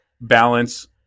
Balance